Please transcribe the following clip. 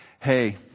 Hey